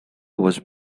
was